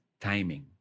timing